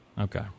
Okay